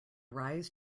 rise